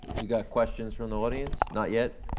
we got questions from the audience? not yet?